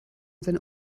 seine